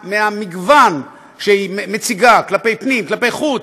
מהמגוון שהיא מציגה כלפי פנים, כלפי חוץ,